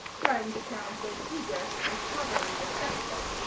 trying to sound both eager and properly respectful.